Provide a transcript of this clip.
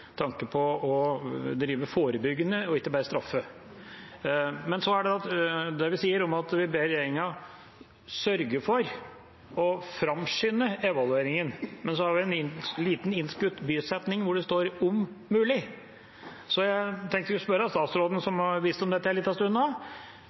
det vi sier om at vi ber regjeringa sørge for å framskynde evalueringen – der har vi en liten innskutt bisetning hvor det står «om mulig». Da tenkte jeg at jeg skulle spørre statsråden, som